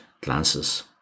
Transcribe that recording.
glances